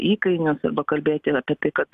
įkainius arba kalbėti apie tai kad